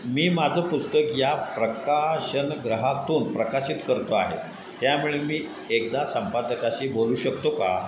मी माझं पुस्तक या प्रकाशनगृहातून प्रकाशित करतो आहे त्यामुळे मी एकदा संपादकाशी बोलू शकतो का